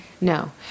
No